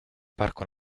parco